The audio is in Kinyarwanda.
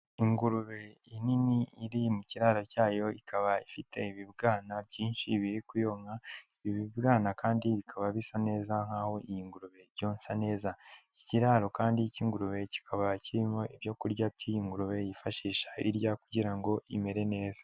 Ingurube inini iri mu kiraro cyayo ikaba ifite ibibwana byinshi biri kuyonka, ibwana kandi bikaba bisa neza nk'aho iyi ngurube cyonsa neza, iki kiraro kandi cy'ingurube kikaba kirimo ibyoku kurya by'iyi ngurube yifashisha irya kugira ngo imere neza.